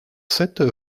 sept